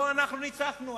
לא אנחנו ניצחנו,